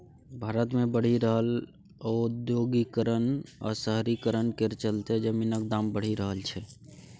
भारत मे बढ़ि रहल औद्योगीकरण आ शहरीकरण केर चलते जमीनक दाम बढ़ि रहल छै